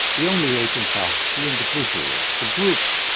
the only agents are the individuals the group,